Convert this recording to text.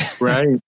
Right